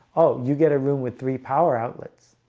oh you get a room with three power outlets.